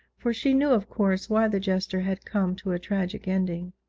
for she knew of course why the jester had come to a tragic ending.